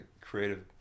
creative